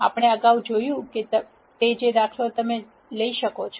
આપણે અગાઉ જે જોયું છે તે જ દાખલો તમે લઈ શકો છો